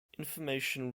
information